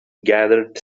gathered